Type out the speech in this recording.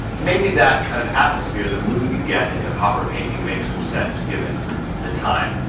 maybe that kind of atmosphere, the mood you get in the hopper painting makes some sense given the time.